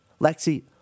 Lexi